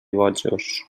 bojos